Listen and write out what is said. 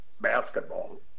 basketball